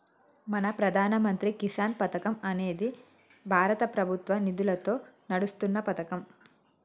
మన ప్రధాన మంత్రి కిసాన్ పథకం అనేది భారత ప్రభుత్వ నిధులతో నడుస్తున్న పతకం